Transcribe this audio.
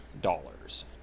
dollars